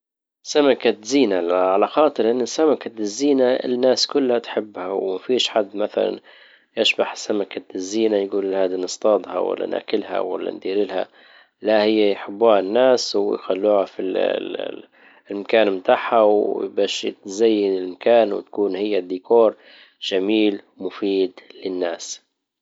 سمكة زينة. على خاطر ان سمكة الزينة الناس كلها تحبها وما فيش حد مثلا يشبح سمكة الزينة يقول هذي نصطادها ولا ناكلها ولا ندير لها. لا هي يحبوها الناس ويخلوها في المكان بتاعها وباش تزين المكان وتكون هي الديكور جميل مفيد للناس.